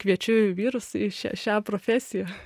kviečiu vyrus į šią šią profesiją